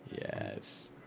yes